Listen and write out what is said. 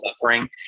suffering